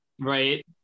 Right